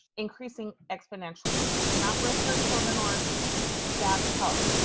increasing exponentially. we cannot risk our children or so staff's health.